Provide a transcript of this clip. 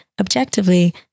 objectively